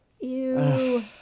Ew